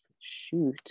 Shoot